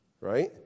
Right